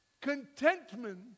contentment